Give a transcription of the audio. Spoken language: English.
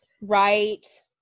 Right